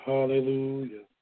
Hallelujah